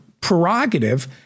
prerogative